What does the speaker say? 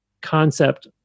concept